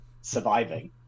surviving